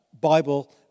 Bible